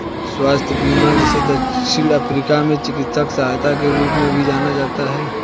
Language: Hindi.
स्वास्थ्य बीमा जिसे दक्षिण अफ्रीका में चिकित्सा सहायता के रूप में भी जाना जाता है